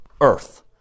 earth